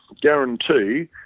guarantee